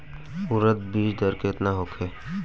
उरद बीज दर केतना होखे?